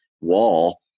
wall